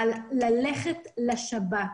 אבל ללכת לשב"כ,